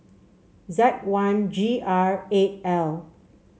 Z one G R eight L